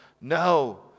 no